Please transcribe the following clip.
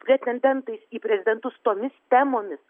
pretendentais į prezidentus tomis temomis